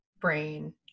brain